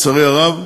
לצערי הרב,